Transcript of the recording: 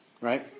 right